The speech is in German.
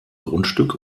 grundstück